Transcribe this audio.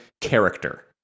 character